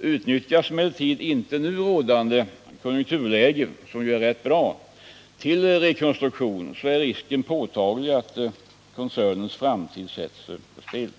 Utnyttjas emellertid inte nu rådande konjunkturläge till en rekonstruktion är risken påtaglig att koncernens framtid ätts på spel.